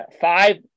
five